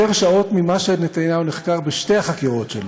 שכואב לך שנחקרת יותר שעות ממה שנתניהו נחקר בשתי החקירות שלו.